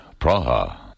Praha